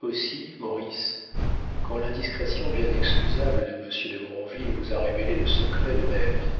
aussi maurice quand l'indiscrétion bien excusable de monsieur de grandville vous a révélé le secret de ma vie